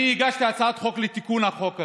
אני הגשתי הצעת חוק לתיקון החוק הזה.